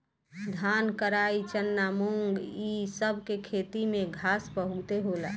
धान, कराई, चना, मुंग इ सब के खेत में घास बहुते होला